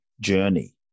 journey